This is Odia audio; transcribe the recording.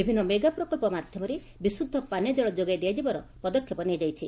ବିଭିନ୍ନ ମେଗା ପ୍ରକବ୍ବ ମାଧ୍ଧମରେ ବିଶୁଦ୍ଧ ପାନୀୟ ଜଳ ଯୋଗାଇ ଦିଆଯିବାର ପଦକ୍ଷେପ ନିଆଯାଇଛି